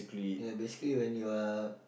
ya basically when you are